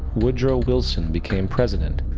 woodrow wilson became president,